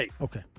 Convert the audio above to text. Okay